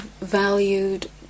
valued